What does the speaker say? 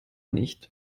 nicht